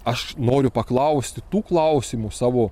aš noriu paklausti tų klausimų savo